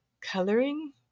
coloring